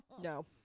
no